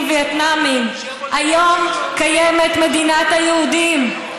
וייטנאמים: "היום קיימת מדינת היהודים,